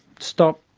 stop,